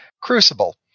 crucible